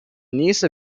niece